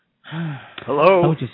hello